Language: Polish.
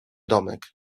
domek